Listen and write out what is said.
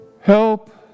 help